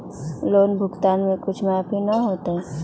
Loan भुगतान में कुछ माफी न होतई?